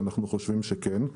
ואנחנו חושבים שכן,